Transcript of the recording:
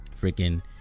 freaking